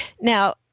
Now